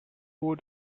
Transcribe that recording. would